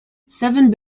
seven